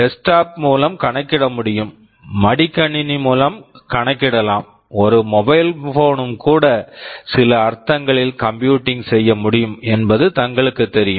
desktop desktop மூலம் கணக்கிட முடியும் மடிக்கணினி laptop மூலம் கணக்கிடலாம் ஒரு மொபைல் போன் mobile phone ம் கூட சில அர்த்தங்களில் கம்ப்யூட் compute செய்ய முடியும் என்பது தங்களுக்குத் தெரியும்